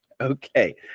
Okay